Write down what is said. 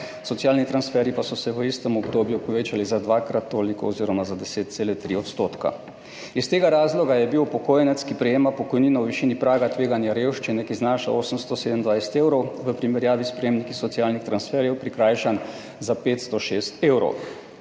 socialni transferji pa so se v istem obdobju povečali za dvakrat toliko oziroma za 10,3 %. Iz tega razloga je bil upokojenec, ki prejema pokojnino v višini praga tveganja revščine, ki znaša 827 evrov, v primerjavi s prejemniki socialnih transferjev prikrajšan za 506 evrov.